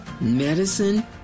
medicine